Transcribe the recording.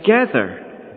together